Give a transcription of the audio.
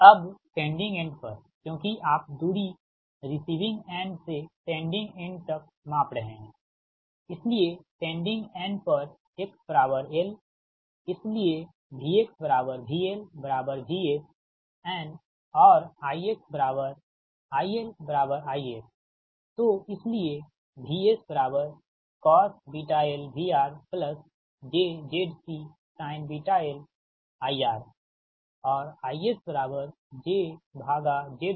अब sending end पर क्योंकि आप दूरी रिसीविंग एंड से सेंडिंग एंड तक माप रहे हैं इसलिए सेंडिंग एंड पर x l इसलिएVVVS और IIIS